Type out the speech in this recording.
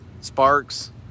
Sparks